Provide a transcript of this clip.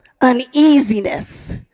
Uneasiness